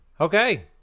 Okay